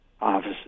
office